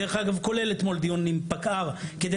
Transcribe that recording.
דרך אגב כולל אתמול דיון עם פקע"ר כדי